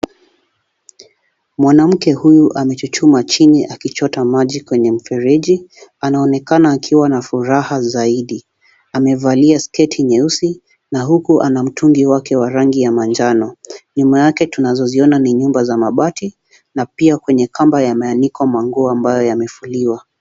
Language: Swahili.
Mwanamke huyu amechuchuma chini akichota maji kwenye mfereji, anaonekana akiwa na furaha zaidi. Amevalia sketi nyeusi na huku anamtungi wake wa rangi ya manjano. Nyuma yake tunazoziona ni nyumba za mabati na pia kwenye kamba ya maandiko manguo ambayo yamefuliwa.